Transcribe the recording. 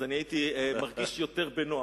אז הייתי מרגיש יותר בנוח.